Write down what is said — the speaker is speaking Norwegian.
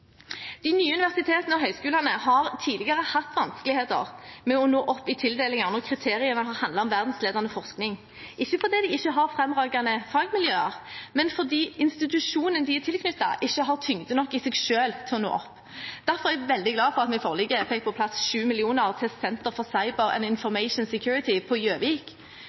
De nye universitetene og høyskolene har tidligere hatt vanskeligheter med å nå opp i tildelinger når kriteriene har handlet om verdensledende forskning – ikke fordi de ikke har fremragende fagmiljøer, men fordi institusjonen de er tilknyttet, ikke i seg selv har tyngde nok til å nå opp. Derfor er jeg veldig glad for at vi i forliket fikk på plass 7 mill. kr til Center for Cyber and Information Security på Gjøvik.